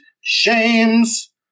shames